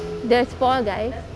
there's four guys